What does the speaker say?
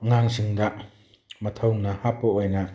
ꯑꯉꯥꯡꯁꯤꯡꯗ ꯃꯊꯧꯅꯥ ꯍꯥꯞꯄ ꯑꯣꯏꯅ